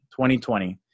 2020